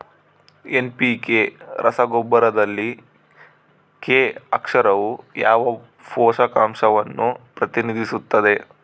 NPK ರಸಗೊಬ್ಬರದಲ್ಲಿ K ಅಕ್ಷರವು ಯಾವ ಪೋಷಕಾಂಶವನ್ನು ಪ್ರತಿನಿಧಿಸುತ್ತದೆ?